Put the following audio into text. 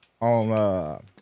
On